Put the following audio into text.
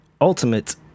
ultimate